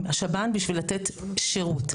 בשב"ן בשביל לתת שירות.